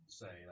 say